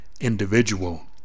individual